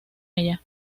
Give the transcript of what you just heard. ella